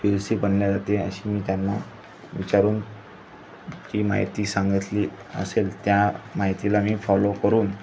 P यो सी बनल्या जाते अशी मी त्यांना विचारून जी माहिती सांगतली असेल त्या माहितीला मी फॉलो करून